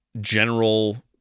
general